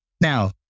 Now